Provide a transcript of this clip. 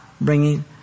bringing